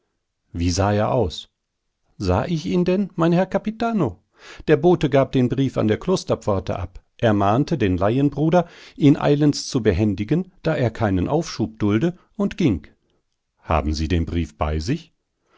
wie sah er aus sah ich ihn denn mein herr capitano der bote gab den brief an der klosterpforte ab ermahnte den laienbruder ihn eilends zu behändigen da er keinen aufschub dulde und ging haben sie den brief bei sich